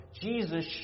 Jesus